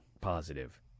positive